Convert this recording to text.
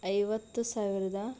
ಐವತ್ತು ಸಾವಿರದಾ